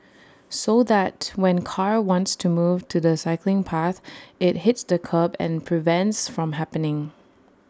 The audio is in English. so that when car wants to move to the cycling path IT hits the kerb and prevents from happening